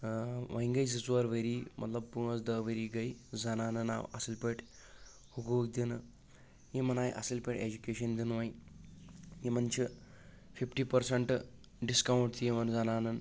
وۄنۍ گٔے زٕ ژور ؤری مطلب پانٛژھ دہ ؤری گٔے زَنانن آو اَصل پأٹھۍ حقوٗق دِنہٕ یِمن آیہِ اَصل پأٹھۍ ایجکیشن دِنہٕ وۄنۍ یِمن چھ فِفٹی پٔرسنٹ ڈِسکاونٹ چھُ یِوان زَنانن